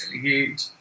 huge